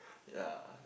yeah